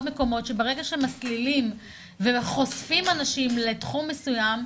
מקומות שברגע שמסלילים וחושפים אנשים לתחום מסוים,